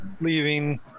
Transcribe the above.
leaving